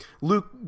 Luke